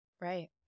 Right